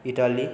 Italy